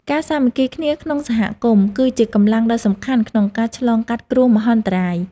ការសាមគ្គីគ្នាក្នុងសហគមន៍គឺជាកម្លាំងដ៏សំខាន់ក្នុងការឆ្លងកាត់គ្រោះមហន្តរាយ។